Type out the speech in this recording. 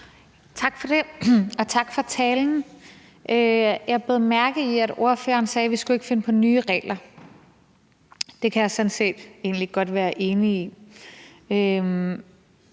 Tak for det, og tak for talen. Jeg bed mærke i, at ordføreren sagde, at vi ikke skal finde på nye regler. Det kan jeg sådan set egentlig godt være enig i.